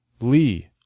Lee